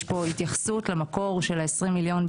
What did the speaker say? יש בסעיף 2 התייחסות למקור של ה-20 מיליון,